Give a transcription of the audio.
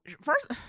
first